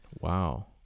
Wow